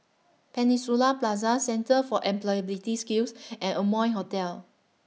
Peninsula Plaza Centre For Employability Skills and Amoy Hotel